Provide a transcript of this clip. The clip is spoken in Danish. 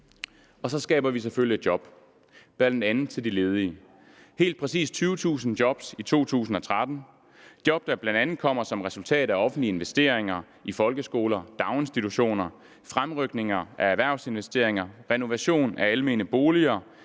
og så skaber vi selvfølgelig job, bl.a. til de ledige – helt præcis 20.000 job i 2013. Det er job, der bl.a. kommer som et resultat af offentlige investeringer i folkeskoler, daginstitutioner, fremrykning af erhvervsinvesteringer, renovering af almene boliger